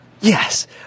Yes